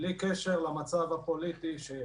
בלי קשר למצב הפוליטי.